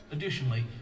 Additionally